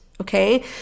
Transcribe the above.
Okay